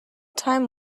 time